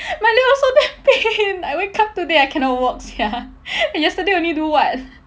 my leg also damn pain I wake up today I cannot walk sia and yesterday only do what